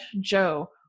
Joe